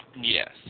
Yes